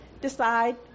decide